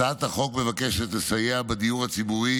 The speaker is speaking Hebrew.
הצעת החוק מבקשת לסייע בדיור הציבורי